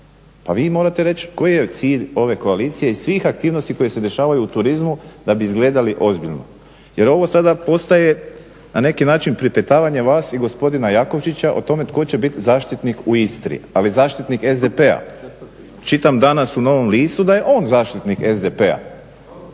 Pa vi morate reći koji je cilj ove koalicije i svih aktivnosti koje se dešavaju u turizmu da bi izgledali ozbiljno jer ovo sada postaje na neki način pripetavanje vas i gospodina Jakovčića o tome tko će biti zaštitnik u Istri, ali zaštitnik SDP-a. Čitam danas u "Novom listu" da je on zaštitnik SDP-a